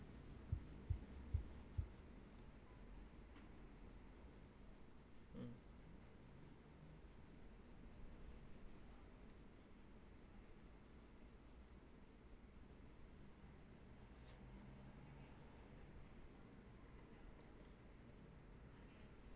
um